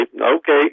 okay